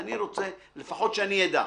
אני רוצה לפחות שאני אדע,